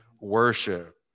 worship